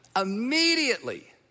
immediately